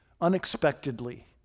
unexpectedly